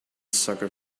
soccer